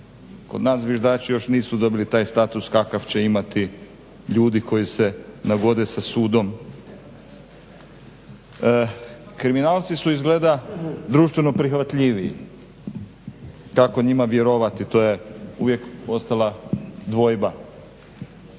Kod nas zviždači još nisu dobili taj status kakav će imati ljudi koji se nagode sa sudom. Kriminalci su izgleda društveno prihvatljiviji, kako njima vjerovati to je uvijek ostala dvojba.